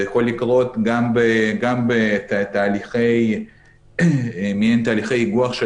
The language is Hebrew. זה יכול לקרות גם בתהליכי איגו"ח של